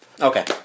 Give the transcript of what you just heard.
Okay